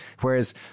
Whereas